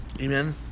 Amen